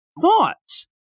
thoughts